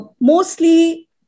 mostly